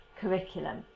curriculum